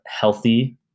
healthy